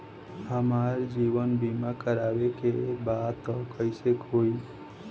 हमार जीवन बीमा करवावे के बा त कैसे होई?